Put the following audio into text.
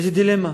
וזו דילמה.